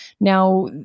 Now